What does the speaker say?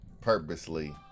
purposely